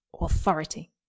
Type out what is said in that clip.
authority